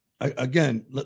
Again